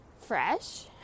fresh